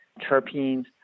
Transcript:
terpenes